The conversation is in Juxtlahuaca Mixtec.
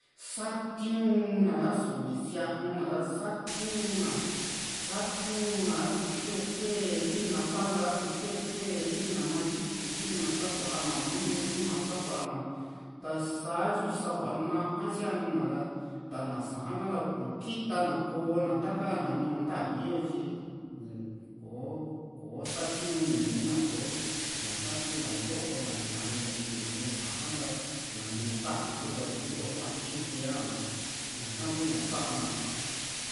saatiuna asu ni sianu na ra satiu´n na satiu´n na a su kue kue tii´n na pala a´su kue kue tii´n na matyiti tii´n na sava na nùù ñuu na sava na taa´sa tyu sava naa sianuna ra ta ná saa´n ha´ra kò´o kita na kò´o na taka na ñuu ntavi yo tyi kò´o kò´o satiu´n nii na kò´o ñaka kuña ntoo´na na ñuu na ñuu saa´n ha´ra na ñuu ntavi yo ra ñayo kua tyintea na ñaka ku´ña sa´na